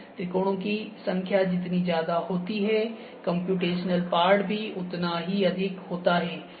त्रिकोणों की संख्या जितनी ज्यादा होती है कंप्यूटेशनल पार्ट भी उतना ही अधिक होता है